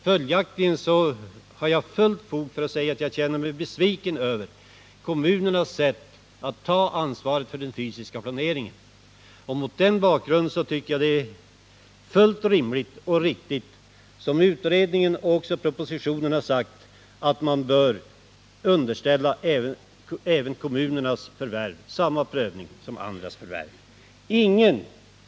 Följaktligen har jag fullt fog för att säga att jag känner mig besviken över kommunernas sätt att ta ansvar för den fysiska planeringen. Mot den bakgrunden tycker jag att det är rimligt och riktigt att — som föreslagits i utredningen och i propositionen — underställa kommunernas förvärv samma prövning som andras förvärv.